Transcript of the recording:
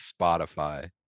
Spotify